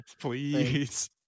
Please